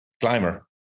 Climber